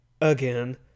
again